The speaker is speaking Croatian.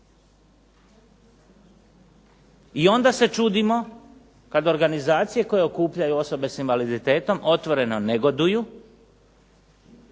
I onda se čudimo kad organizacije koje okupljaju osobe s invaliditetom otvoreno negoduju